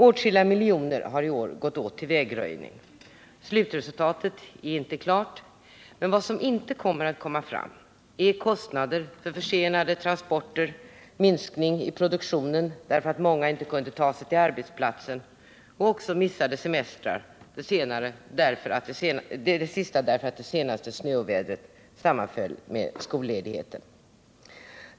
Åtskilliga miljoner har i år gått åt till vägröjning, slutresultatet är inte klart. Men vad som inte kommer fram är kostnader för försenade transporter, minskning i produktionen därför att många inte kunde ta sig till arbetsplatsen och även missade semestrar, det sista därför att det senaste snöovädret sammanföll med skolledigheten.